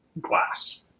Glass